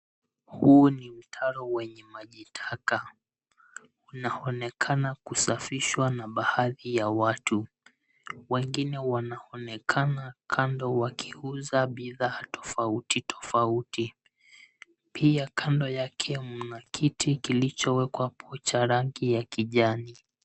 Huu ni mtaro wenye maji taka unaonekana kusafishwa na baadhi ya watu, wengine wanaonekana kando wakiuza bidhaa tofauti tofauti. Pia kando yake mna kiti kilichowekwa hapo cha rangi ya kijani.